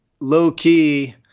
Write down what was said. low-key